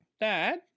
Dad